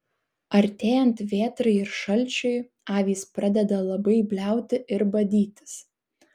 artėjant vėtrai ir šalčiui avys pradeda labai bliauti ir badytis